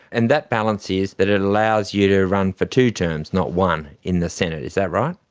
and that balance is that it allows you to run for two terms not one in the senate, is that right?